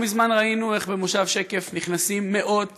לא מזמן ראינו איך במושב שקף נכנסים מאות